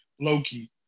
Loki